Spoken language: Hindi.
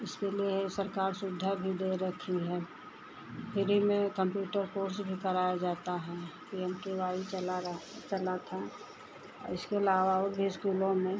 इसके लिए हे सरकार सुविधा भी दे रखी है फिरी में कंप्यूटर कोर्स भी कराया जाता है पी एम के वाई चला रह चला था और इसके अलावा और भी इस्कूलों में